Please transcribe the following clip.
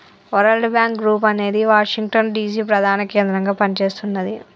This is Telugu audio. వరల్డ్ బ్యాంక్ గ్రూప్ అనేది వాషింగ్టన్ డిసి ప్రధాన కేంద్రంగా పనిచేస్తున్నది